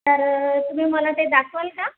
तर तुम्ही मला ते दाखवाल का